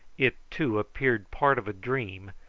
it, too, appeared part of a dream,